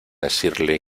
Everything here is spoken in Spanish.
decirle